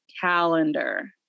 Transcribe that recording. calendar